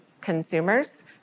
consumers